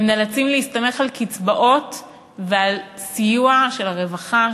הם נאלצים להסתמך על קצבאות ועל סיוע של הרווחה,